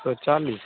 वह चालीस